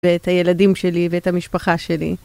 ואת הילדים שלי ואת המשפחה שלי.